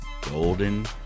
Golden